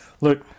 Look